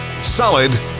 solid